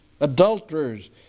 adulterers